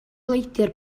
leidr